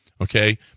okay